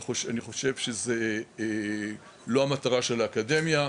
אני חושב שזו לא המטרה של האקדמיה,